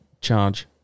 charge